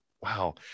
wow